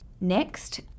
Next